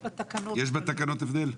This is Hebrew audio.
יש בתקנות הבדל?